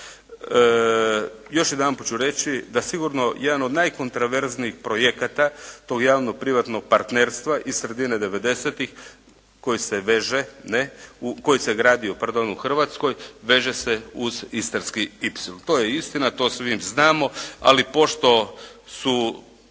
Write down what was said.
Još jedanput ću reći da sigurno jedan od najkontraverznijih projekata tog javno privatnog partnerstva iz sredine '90.-ih koji se gradio u Hrvatskoj, veže se uz istarski y. To je istina, to svi znamo, ali pošto su